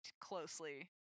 closely